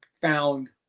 found